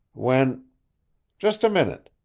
when just a minute,